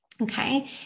Okay